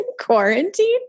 quarantine